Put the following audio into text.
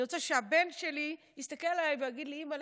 אני רוצה שהבן שלי יסתכל עליי ויגיד לי: אימא,